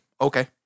Okay